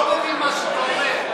לא מבין מה שקורה.